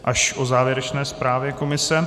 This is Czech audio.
Až o závěrečné zprávě komise.